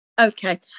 Okay